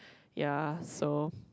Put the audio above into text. ya so